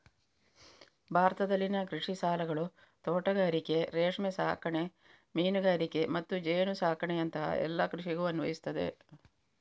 ಭಾರತದಲ್ಲಿನ ಕೃಷಿ ಸಾಲಗಳು ತೋಟಗಾರಿಕೆ, ರೇಷ್ಮೆ ಸಾಕಣೆ, ಮೀನುಗಾರಿಕೆ ಮತ್ತು ಜೇನು ಸಾಕಣೆಯಂತಹ ಎಲ್ಲ ಕೃಷಿಗೂ ಅನ್ವಯಿಸ್ತದೆ